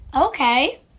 Okay